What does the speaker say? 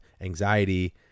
anxiety